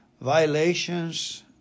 violations